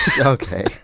Okay